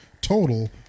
total